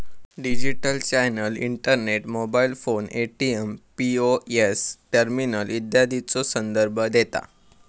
digital channel internet, mobile phone, ATM, POS terminal इत्यादीचो संदर्भ देता